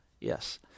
yes